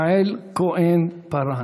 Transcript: ישראל ביתנו ומרצ להביע אי-אמון